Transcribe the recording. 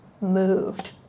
moved